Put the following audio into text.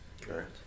Correct